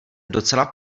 docela